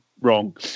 wrong